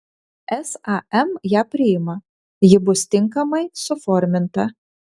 sam ją priima ji bus tinkamai suforminta